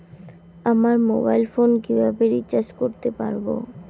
আমার mobile phone কিভাবে recharge করতে পারব?